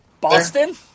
Boston